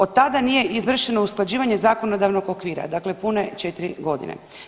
Od tada nije izvršeno usklađivanje zakonodavnog okvira, dakle pune četiri godine.